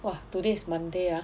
!wah! today is Monday ah